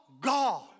God